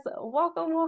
welcome